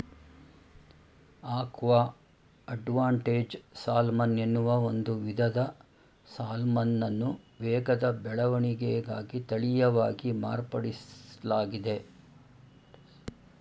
aqua advantage salmon ಎನ್ನುವ ಒಂದು ವಿಧದ ಸಾಲ್ಮನನ್ನು ವೇಗದ ಬೆಳವಣಿಗೆಗಾಗಿ ತಳೀಯವಾಗಿ ಮಾರ್ಪಡಿಸ್ಲಾಗಿದೆ